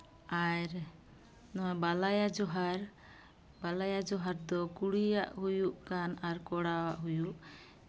ᱟᱨ ᱱᱚᱣᱟ ᱵᱟᱞᱟᱭᱟ ᱡᱚᱦᱟᱨ ᱵᱟᱞᱟᱭᱟ ᱡᱚᱦᱟᱨ ᱫᱚ ᱠᱩᱲᱤᱭᱟᱜ ᱦᱩᱭᱩᱜ ᱠᱟᱱ ᱟᱨ ᱠᱚᱲᱟᱣᱟᱜ ᱦᱩᱭᱩᱜ